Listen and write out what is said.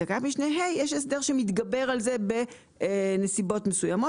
בתקנת משנה (ה) יש הסדר שמתגבר על זה בנסיבות מסוימות.